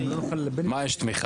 מה "יש תמיכה"?